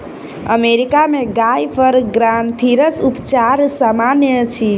America में गाय पर ग्रंथिरस उपचार सामन्य अछि